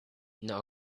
not